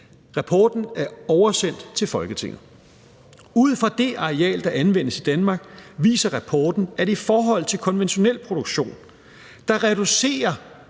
Rapporten er oversendt til Folketinget. Ud fra det areal, der anvendes i Danmark, viser rapporten, at i forhold til konventionel produktion reducerer